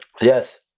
Yes